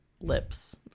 lips